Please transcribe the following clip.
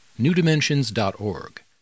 newdimensions.org